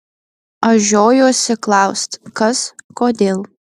aš žiojuosi klaust kas kodėl